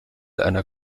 einer